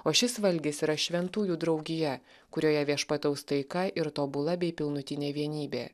o šis valgis yra šventųjų draugija kurioje viešpataus taika ir tobula bei pilnutinė vienybė